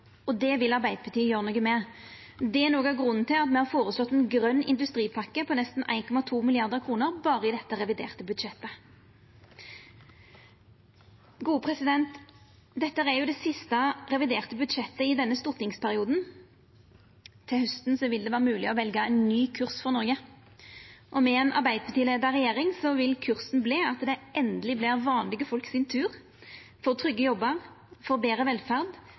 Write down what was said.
Det vil Arbeidarpartiet gjera noko med. Det er noko av grunnen til at me har føreslege ein grøn industripakke på nesten 1,2 mrd. kr berre i dette reviderte budsjettet. Dette er det siste reviderte budsjettet i denne stortingsperioden. Til hausten vil det vera mogleg å velja ein ny kurs for Noreg, og med ei arbeidarpartileia regjering vil kursen verta at det endeleg vert vanlege folk sin tur – for trygge jobbar, for betre velferd